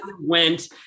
went